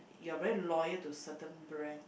you are very loyal to certain brand